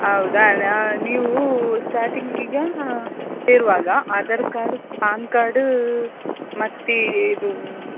ಹೌದಾ ನೀವು ಸ್ಟಾರ್ಟಿಂಗ್ ಈಗ ಸೇರುವಾಗ ಆಧಾರ್ ಕಾರ್ಡು ಪ್ಯಾನ್ ಕಾರ್ಡ ಮತ್ತಿದು